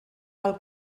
pel